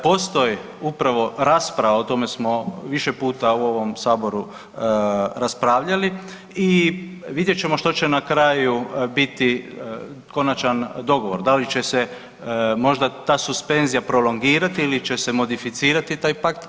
Postoji upravo rasprava, o tome smo više puta u ovom saboru raspravljali i vidjet ćemo što će na kraju biti konačan dogovor, da li će se možda ta suspenzija prolongirati ili će se modificirati taj pakt.